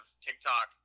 TikTok